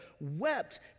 wept